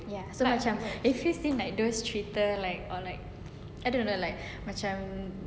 ya so macam if you think like those cerita like or like I don't know like macam